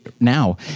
now